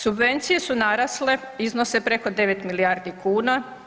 Subvencije su narasle, iznose preko 9 milijardi kuna.